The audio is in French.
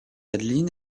adeline